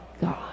God